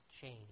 change